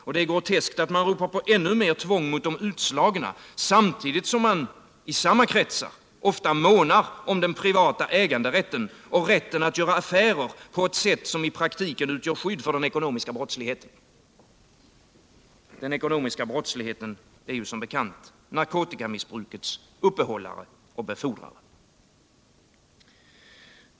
Det är groteskt att man ropar på ännu mer tvång mot de utslagna, samtidigt som man i samma kretsar ofta månar om den privata äganderätten och rätten att göra affärer på ett sätt som i praktiken utgör skydd för den ekonomiska brottsligheten. Denna är som bekant narkotikamissbrukets uppehållare och befordrare.